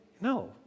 No